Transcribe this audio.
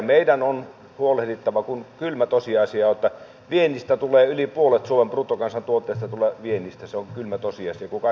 meidän on huolehdittava viennistä kun kylmä tosiasia on että yli puolet suomen bruttokansantuotteesta tulee viennistä se on kylmä tosiasia kun kaikissa rahoissa lasketaan